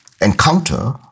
encounter